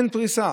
אין פריסה